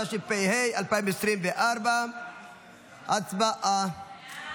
התשפ"ה 2024. הצבעה.